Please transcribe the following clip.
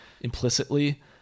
implicitly